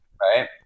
Right